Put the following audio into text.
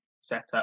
setup